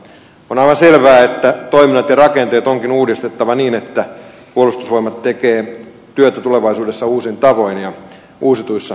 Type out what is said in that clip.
on aivan selvää että toiminnot ja rakenteet onkin uudistettava niin että puolustusvoimat tekee työtä tulevaisuudessa uusin tavoin ja uusituissa kokoonpanoissa